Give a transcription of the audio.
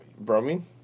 Bromine